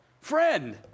Friend